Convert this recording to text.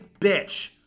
bitch